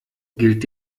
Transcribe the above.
gilt